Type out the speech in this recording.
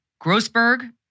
Grossberg